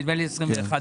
נדמה לי זה 21 יום.